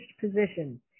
position